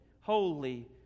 holy